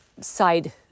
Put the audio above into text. side